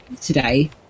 today